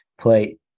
play